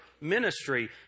ministry